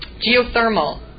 geothermal